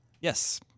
Yes